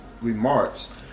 remarks